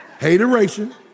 Hateration